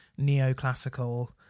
neoclassical